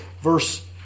verse